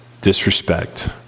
disrespect